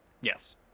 Yes